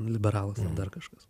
liberalas ar dar kažkas